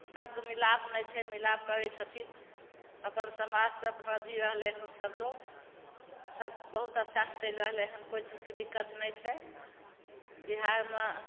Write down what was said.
सबके मिलाप नहि छै मिलाप करय छथिन अपन समाजसँ अपना जी रहलय सब लोग सब बहुत अच्छासं चलि रहलय हन कोइ चीजके दिक्कत नहि छै बिहारमे